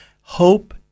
Hope